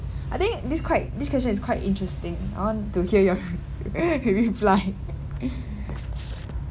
I think this quite this question is quite interesting I want to hear your your reply